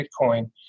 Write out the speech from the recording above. Bitcoin